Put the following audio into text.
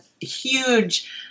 huge